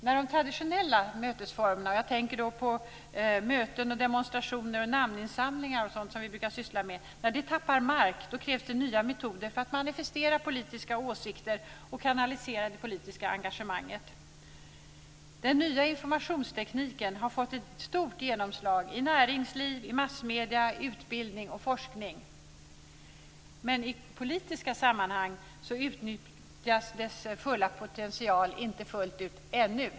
När de traditionella mötesformerna, jag tänker då på möten, demonstrationer, namninsamlingar och sådant som vi brukar syssla med, tappar mark, krävs det nya metoder för att manifestera politiska åsikter och kanalisera det politiska engagemanget. Den nya informationstekniken har fått ett stort genomslag i näringsliv, massmedier, utbildning och forskning. Men i politiska sammanhang utnyttjas dess potential inte fullt ut - ännu.